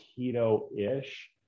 keto-ish